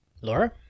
Laura